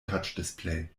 touchdisplay